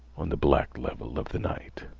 on the black level of the night.